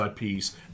IPs